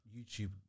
YouTube